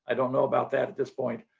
and don't know about that at this point.